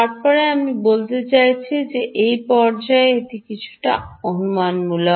তারপরে আমি বলতে চাইছি এই পর্যায়ে এটি কিছুটা অনুমানমূলক